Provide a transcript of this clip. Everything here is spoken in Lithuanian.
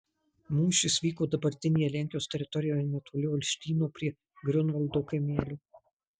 mūšis vyko dabartinėje lenkijos teritorijoje netoli olštyno prie griunvaldo kaimelio